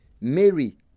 Mary